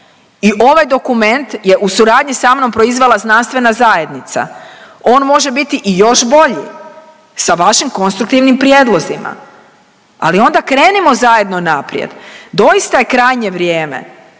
I ovaj dokument je u suradnji sa mnom proizvela znanstvena zajednica. On može biti i još bolji sa vašim konstruktivnim prijedlozima. Ali onda krenimo zajedno naprijed. Doista je krajnje vrijeme